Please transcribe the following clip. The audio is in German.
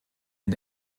den